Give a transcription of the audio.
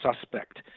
suspect